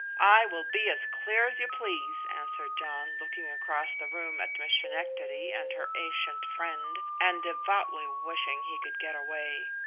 i will be as clear as you please, answered john, looking across the room at miss schenectady and her ancient friend, and devoutly wishing he could get away.